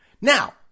Now